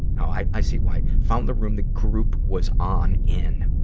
i, i see why, found the room the group was on in.